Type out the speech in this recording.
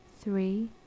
three